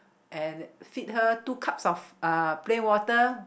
and feed her two cups of uh plain water